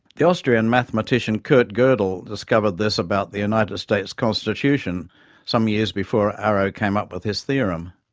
the austrian mathematician kurt godel discovered this about the united states constitution some years before arrow came up with his theorem.